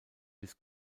bis